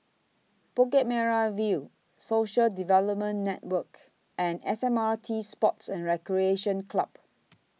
Bukit Merah View Social Development Network and S M R T Sports and Recreation Club